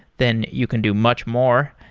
then you can do much more.